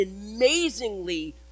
amazingly